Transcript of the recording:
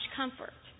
comfort